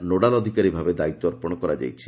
nodal ଅଧିକାରୀ ଭାବେ ଦାୟିତ୍ୱ ଅର୍ପଣ କରାଯାଇଛି